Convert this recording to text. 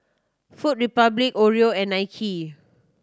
Food Republic Oreo and Nike